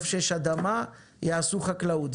איפה שיש אדמה יעשו חקלאות.